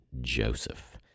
Joseph